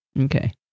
Okay